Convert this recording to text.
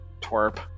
twerp